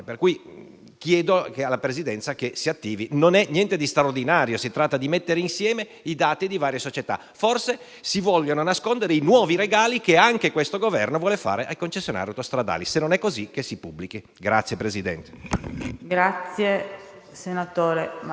che la Presidenza si attivi. Non è niente di straordinario: si tratta di mettere insieme i dati di varie società. Forse si vogliono nascondere i nuovi regali che anche questo Governo vuole fare ai concessionari autostradali: se non è così, che la relazione si pubblichi. **Sui lavori del